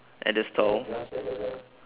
at the stall